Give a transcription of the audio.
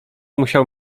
musiał